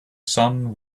sun